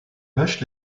vaches